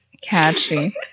catchy